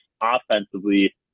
offensively